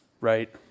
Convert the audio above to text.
right